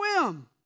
swim